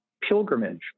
pilgrimage